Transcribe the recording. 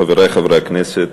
חברי חברי הכנסת,